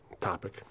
topic